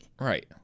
Right